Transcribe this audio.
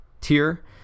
tier